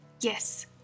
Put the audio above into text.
Yes